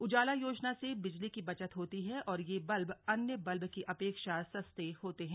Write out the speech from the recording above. उजाला योजना से बिजली की बचत होती है और यह बल्ब अन्य बल्ब की अपेक्षा सस्ते होते है